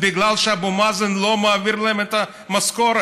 וזה בגלל שאבו מאזן לא מעביר להן את המשכורת.